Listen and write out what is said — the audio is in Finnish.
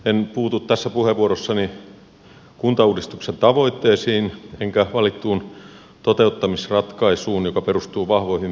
en puutu tässä puheenvuorossani kuntauudistuksen tavoitteisiin enkä valittuun toteuttamisratkaisuun joka perustuu vahvoihin peruskuntiin